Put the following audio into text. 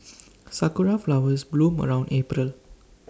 Sakura Flowers bloom around April